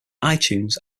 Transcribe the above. itunes